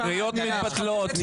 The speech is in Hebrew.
הקריאות מתבטלות.